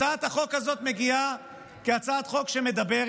הצעת החוק הזאת מגיעה כהצעת חוק שמדברת